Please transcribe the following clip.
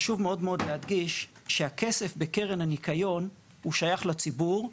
חשוב מאוד להדגיש שהכסף בקרן הניקיון שייך לציבור,